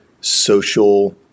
social